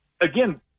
again